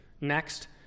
Next